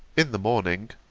in the morning.